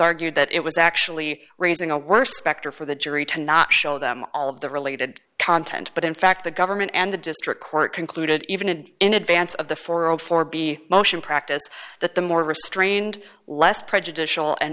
argued that it was actually raising a worse specter for the jury to not show them all of the related content but in fact the government and the district court concluded even in advance of the forward for b motion practice that the more restrained less prejudicial and